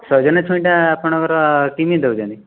ସଜନା ଛୁଇଁଟା ଆପଣଙ୍କର କିମିତି ଦେଉଛନ୍ତି